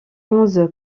onze